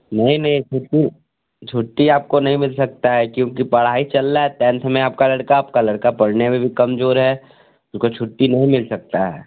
नहीं नहीं छुट्टी छुट्टी आपको नहीं मिल सकता है क्योंकि पढाई चल रहा है टेन्थ में आपका लड़का आपका लड़का पढ़ने में भी कमजोर है उसको छुट्टी नहीं मिल सकता है